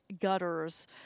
gutters